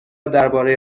درباره